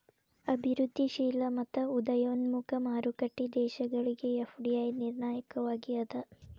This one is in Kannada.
ಅಭಿವೃದ್ಧಿಶೇಲ ಮತ್ತ ಉದಯೋನ್ಮುಖ ಮಾರುಕಟ್ಟಿ ದೇಶಗಳಿಗೆ ಎಫ್.ಡಿ.ಐ ನಿರ್ಣಾಯಕವಾಗಿ ಅದ